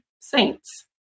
saints